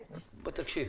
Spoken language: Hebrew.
אגב,